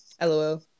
lol